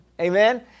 Amen